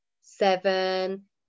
seven